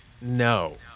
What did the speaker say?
no